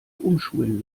umschulen